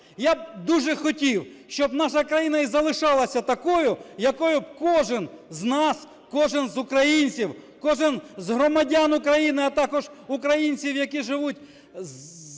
Я б дуже хотів, щоб наша країна і залишалася такою, якою б кожен з нас, кожен з українців, кожен з громадян України, а також українців, які живуть